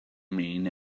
mean